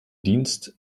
dienst